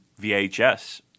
VHS